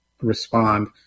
respond